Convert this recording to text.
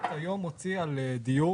מוציא על דיור,